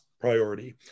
priority